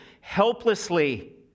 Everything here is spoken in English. helplessly